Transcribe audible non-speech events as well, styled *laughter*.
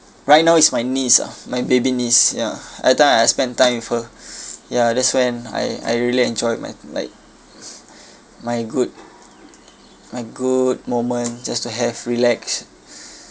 right now it's my niece ah my baby niece ya other time I spend time with her *breath* ya that's when I I really enjoyed my like *breath* my good my good moment just to have relax *breath*